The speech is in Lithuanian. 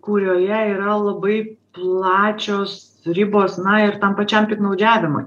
kurioje yra labai plačios ribos na ir tam pačiam piktnaudžiavimui